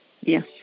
Yes